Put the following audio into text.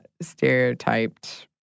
stereotyped